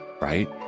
right